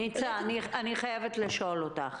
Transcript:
ניצה, אני חייבת לשאול אותך.